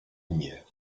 lumières